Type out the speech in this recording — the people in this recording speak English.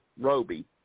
Roby